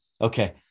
Okay